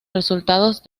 resultados